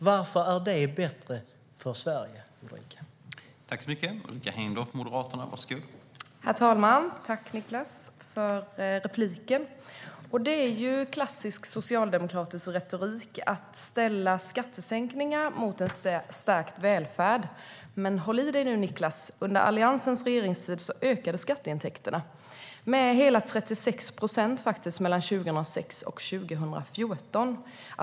Varför är det bättre för Sverige, Ulrika?